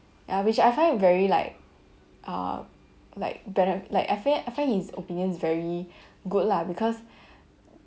ya which I find it very like ah like bene~ like I fi~ I find his opinions very good lah because